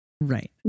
Right